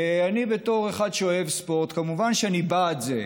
אני בתור אחד שאוהב ספורט, מובן שאני בעד זה.